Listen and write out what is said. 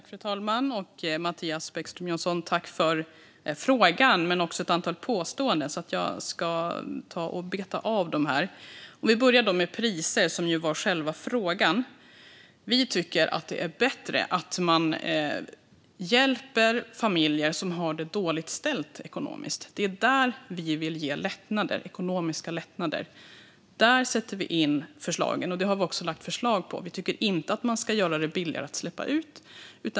Fru talman! Tack för frågan, Mattias Bäckström Johansson! Det kom också ett antal påståenden som jag ska beta av. Vi börjar med priser, som var själva frågan. Vi tycker att det är bättre att man hjälper familjer som har det dåligt ställt ekonomiskt. Det är där vi vill ge lättnader, ekonomiska lättnader. Där vill vi sätta in förslagen, och det har vi också lagt fram förslag på. Vi tycker inte att man ska göra det billigare att släppa ut.